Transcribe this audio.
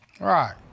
Right